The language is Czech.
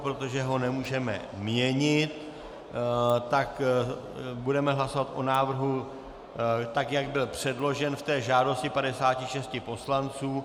Protože ho nemůžeme měnit, tak budeme hlasovat o návrhu tak, jak byl předložen v žádosti 56 poslanců.